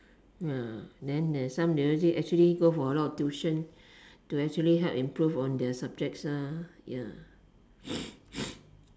ya then there's some they actually actually go for a lot of tuition to actually help improve on their subjects lah ya